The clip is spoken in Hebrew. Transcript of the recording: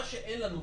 מה שאין לנו,